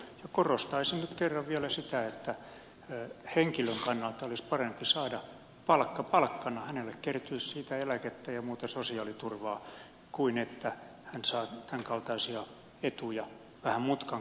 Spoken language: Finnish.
korostaisin nyt kerran vielä sitä että henkilön kannalta olisi parempi saada palkka palkkana hänelle kertyisi siitä eläkettä ja muuta sosiaaliturvaa kuin että hän saa tämänkaltaisia etuja vähän mutkan kautta